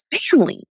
family